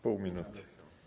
Pół minuty.